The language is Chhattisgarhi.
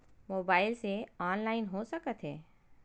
मोबाइल से ऑनलाइन हो सकत हे?